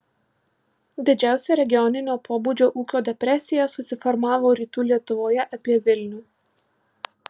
didžiausia regioninio pobūdžio ūkio depresija susiformavo rytų lietuvoje apie vilnių